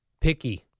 Picky